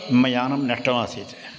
मम यानं नष्टमासीत्